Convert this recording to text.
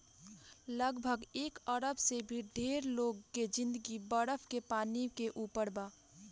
लगभग एक अरब से भी ढेर लोग के जिंदगी बरफ के पानी के ऊपर बा